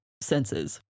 senses